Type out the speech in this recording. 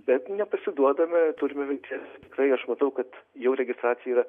bet nepasiduodame turime vilties tikrai aš matau kad jau registracija yra